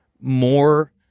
more